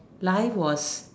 life was